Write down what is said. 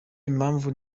impamvu